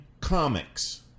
comics